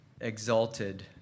exalted